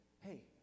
hey